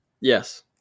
Yes